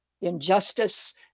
injustice